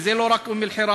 וזה לא רק אום-אלחיראן.